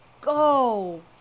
Go